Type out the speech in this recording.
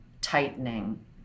tightening